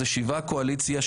זה שבעה קואליציה,